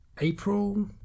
April